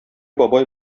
бабай